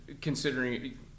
considering